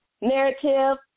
narrative